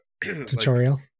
tutorial